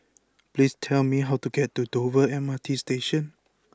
please tell me how to get to Dover M R T Station